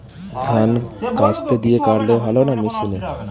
ধান কাস্তে দিয়ে কাটলে ভালো না মেশিনে?